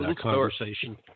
conversation